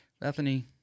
Bethany